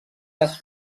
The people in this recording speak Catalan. les